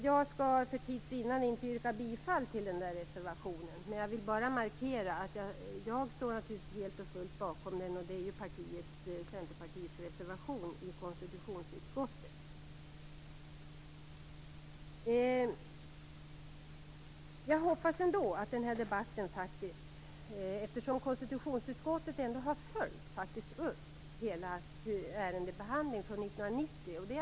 Jag skall för tids vinnande inte yrka bifall till den där reservationen. Jag vill bara markera att jag naturligtvis helt och fullt står bakom den. Det är ju Centerpartiets reservation i konstitutionsutskottet. Konstitutionsutskottet har följt upp hela ärendebehandlingen från 1990.